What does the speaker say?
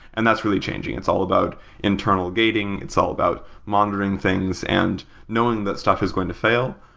and that's really changing. it's all about internal gating. it's all about monitoring things and knowing that stuff is going to fail,